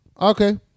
Okay